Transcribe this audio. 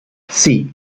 see